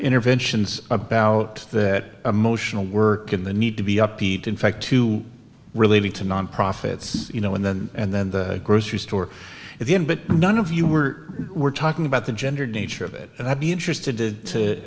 interventions about that emotional work in the need to be upbeat in fact to really to non profits you know and then and then the grocery store at the end but none of you were were talking about the gender nature of it and i'd be interested to